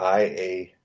ia